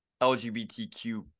lgbtq